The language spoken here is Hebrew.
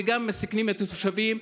וגם מסכנים את התושבים.